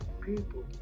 people